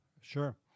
Sure